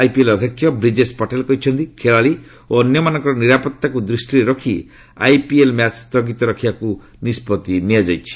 IPL ଅଧ୍ୟକ୍ଷ ବ୍ରିଜେଶ ପଟେଲ କହିଛନ୍ତି ଖେଳାଳି ଓ ଅନ୍ୟମାନଙ୍କର ନିରାପତ୍ତାକୁ ଦୃଷ୍ଟିରେରଖି ଆଇପିଏଲ୍ ମ୍ୟାଚ୍ ସ୍ଥଗିତ ରଖିବାକୁ ନିଷ୍କଭି ନିଆଯାଇଛି